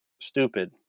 stupid